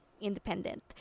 independent